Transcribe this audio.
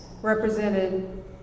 represented